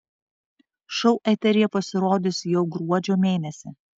šou eteryje pasirodys jau gruodžio mėnesį